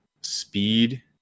speed